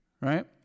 Right